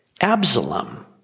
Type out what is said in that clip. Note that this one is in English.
Absalom